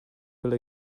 bill